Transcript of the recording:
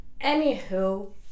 anywho